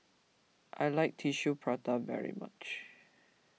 I like Tissue Prata very much